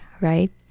right